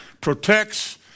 protects